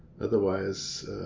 otherwise